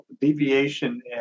deviation